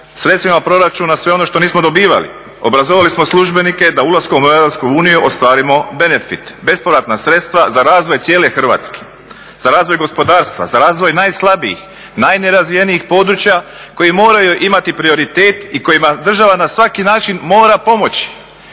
sredstvima proračuna sve ono što nismo dobivali, obrazovali smo službenike da ulaskom u EU ostvarimo benefit, bespovratna sredstva za razvoj cijele Hrvatske, za razvoj gospodarstva, za razvoj najslabijih, najnerazvijenijih područja koji moraju imati prioritet i kojima država na svaki način mora pomoći.